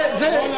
כל הכבוד.